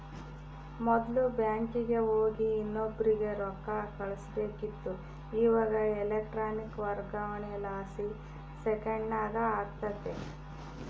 ಮೊದ್ಲು ಬ್ಯಾಂಕಿಗೆ ಹೋಗಿ ಇನ್ನೊಬ್ರಿಗೆ ರೊಕ್ಕ ಕಳುಸ್ಬೇಕಿತ್ತು, ಇವಾಗ ಎಲೆಕ್ಟ್ರಾನಿಕ್ ವರ್ಗಾವಣೆಲಾಸಿ ಸೆಕೆಂಡ್ನಾಗ ಆಗ್ತತೆ